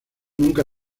nunca